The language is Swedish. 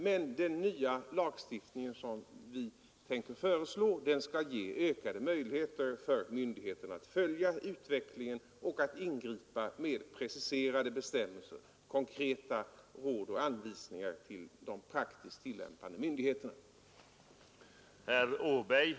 Men den nya lagstiftning som vi tänker föreslå skall ge ökade möjligheter för myndigheterna att följa utvecklingen och att ingripa med preciserade bestämmelser, konkreta råd och anvisningar till dem som handhar den praktiska tillämpningen.